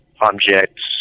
objects